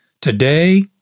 today